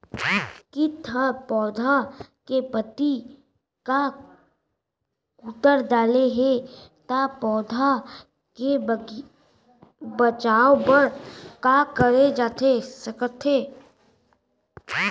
किट ह पौधा के पत्ती का कुतर डाले हे ता पौधा के बचाओ बर का करे जाथे सकत हे?